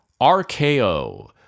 RKO